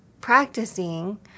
practicing